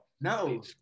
no